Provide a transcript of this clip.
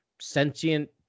sentient